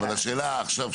אבל השאלה עכשיו,